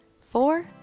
four